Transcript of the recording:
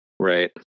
Right